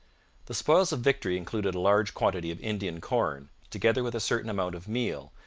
the spoils of victory included a large quantity of indian corn, together with a certain amount of meal,